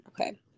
Okay